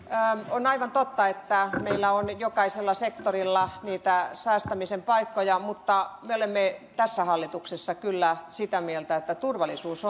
on aivan totta että meillä on jokaisella sektorilla niitä säästämisen paikkoja mutta me olemme tässä hallituksessa kyllä sitä mieltä että turvallisuus